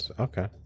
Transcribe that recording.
okay